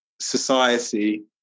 society